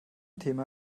thema